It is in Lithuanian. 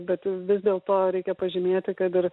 bet vis dėl to reikia pažymėti kad ir